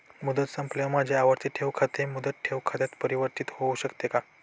मुदत संपल्यावर माझे आवर्ती ठेव खाते मुदत ठेव खात्यात परिवर्तीत होऊ शकते का?